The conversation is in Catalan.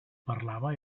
parlava